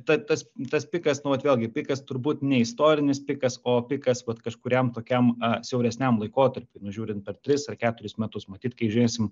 ta tas tas pikas nu vat vėlgi pikas turbūt ne istorinis pikas o pikas vat kažkuriam tokiam siauresniam laikotarpiui nu žiūrin per tris ar keturis metus matyt kai žiūrėsim